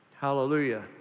Hallelujah